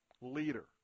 leader